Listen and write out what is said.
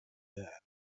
there